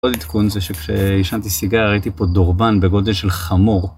עוד עדכון זה שכשעישנתי סיגר הייתי פה דורבן בגודל של חמור.